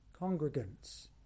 congregants